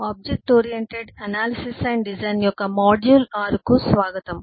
object oriented analysis and design యొక్క module 6 కు స్వాగతం